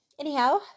anyhow